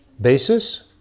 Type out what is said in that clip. basis